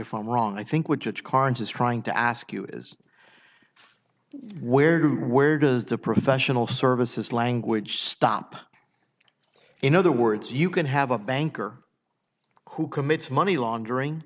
if i'm wrong i think which it's current is trying to ask you is where where does the professional services language stop in other words you can have a banker who commits money laundering